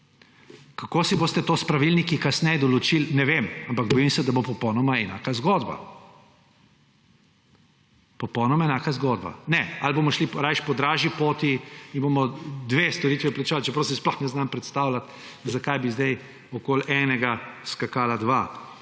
Kako si boste to s pravilniki kasneje določili, ne vem, ampak bojim se, da bo popolnoma enaka zgodba. Popolnoma enaka zgodba. Ne. Ali bomo šli raje po dražji poti in bomo dve storitvi plačevali, čeprav si sploh ne znam predstavljati, zakaj bi zdaj okoli enega skakala dva,